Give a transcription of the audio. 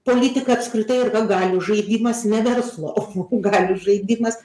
politika apskritai yra galių žaidimas ne verslo o o galių žaidimas